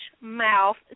Mouth